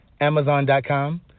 amazon.com